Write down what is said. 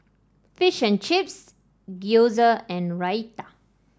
Fish and Chips Gyoza and Raita